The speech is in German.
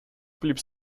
blieb